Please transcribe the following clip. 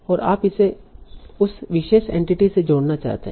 और आप इसे उस विशेष एंटिटी से जोड़ना चाहते हैं